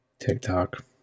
TikTok